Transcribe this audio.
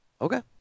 Okay